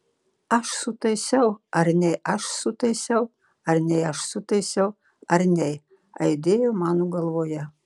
aš sutaisiau ar nei aš sutaisiau ar nei aš sutaisiau ar nei aidėjo mano galvoje